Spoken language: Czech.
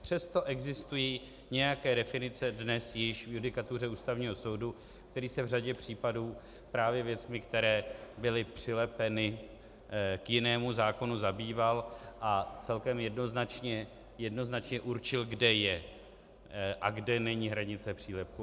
Přesto existují nějaké definice dnes již v judikatuře Ústavního soudu, který se v řadě případů právě věcmi, které byly přilepeny k jinému zákonu, zabýval a celkem jednoznačně určil, kde je a kde není hranice přílepku.